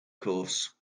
course